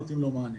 נותנים לו מענה.